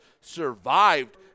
survived